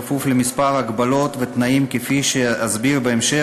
בכפוף לכמה הגבלות ותנאים כפי שאסביר בהמשך,